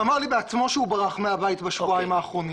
שאמר בעצמו שהוא ברח מהבית בשבועיים האחרונים.